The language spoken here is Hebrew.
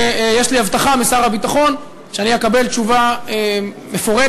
ויש לי הבטחה משר הביטחון שאני אקבל תשובה מפורטת